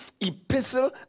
epistle